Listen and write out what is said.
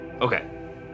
Okay